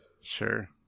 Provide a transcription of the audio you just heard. Sure